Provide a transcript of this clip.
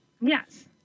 Yes